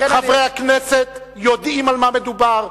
חברי הכנסת יודעים על מה מדובר,